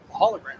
hologram